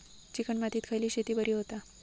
Chicken मातीत खयली शेती बरी होता?